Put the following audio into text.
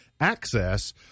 access